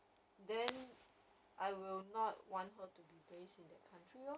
then I will not want her to be based in that country lor